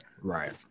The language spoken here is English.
Right